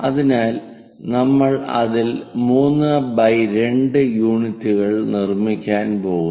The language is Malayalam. അതിനാൽ നമ്മൾ അതിൽ 32 യൂണിറ്റുകൾ നിർമ്മിക്കാൻ പോകുന്നു